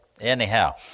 Anyhow